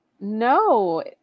No